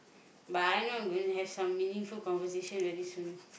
but I'm not going to have some meaningful conversation very soon